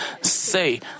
say